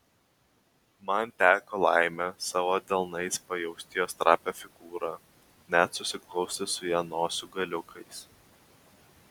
man teko laimė savo delnais pajausti jos trapią figūrą net susiglausti su ja nosių galiukais